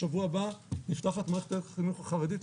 בשבוע הבא נפתחת מערכת החינוך החרדית,